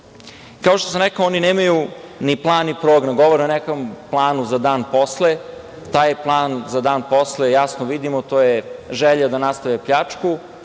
što sam rekao, oni nemaju ni plan, ni program. Govore o nekom planu za dan posle. Taj plan za dan posle jasno vidimo, to je želja da nastave plačku